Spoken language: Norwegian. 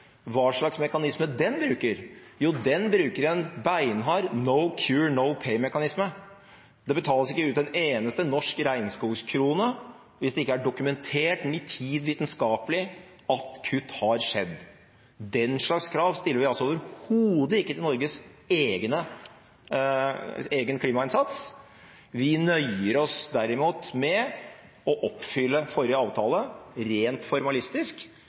hva slags mekanisme den bruker. Den bruker en beinhard «no cure, no pay»-mekanisme. Det betales ikke ut en eneste norsk regnskogskrone hvis det ikke er dokumentert nitid vitenskapelig at kutt har skjedd. Den slags krav stiller vi altså overhodet ikke til Norges egen klimainnsats. Vi nøyer oss derimot med å oppfylle forrige avtale rent formalistisk,